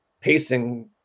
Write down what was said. pacing